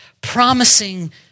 promising